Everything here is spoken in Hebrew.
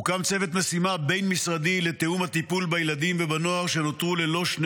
הוקם צוות משימה בין-משרדי לתיאום הטיפול בילדים ובנוער שנותרו ללא שני